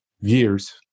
years